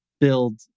build